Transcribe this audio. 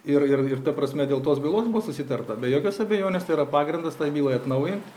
ir ir ir ta prasme dėl tos bylos buvo susitarta be jokios abejonės tai yra pagrindas bylai atnaujint